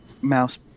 mouse